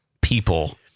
people